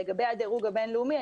לגבי הדירוג הבינלאומי,